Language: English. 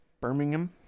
Birmingham